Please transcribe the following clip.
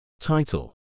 Title